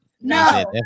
No